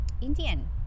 Indian